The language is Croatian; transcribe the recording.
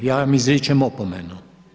Ja vam izričem opomenu.